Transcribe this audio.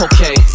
Okay